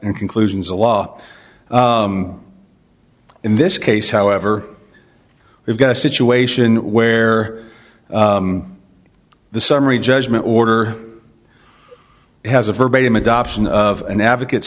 and conclusions of law in this case however we've got a situation where the summary judgment order has a verbatim adoption of an advocate